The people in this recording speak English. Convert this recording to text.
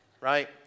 right